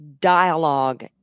Dialogue